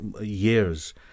years